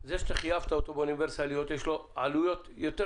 לזה שאתה חייבת באוניברסליות יש עלויות יותר